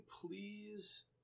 please